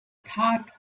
thought